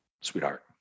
sweetheart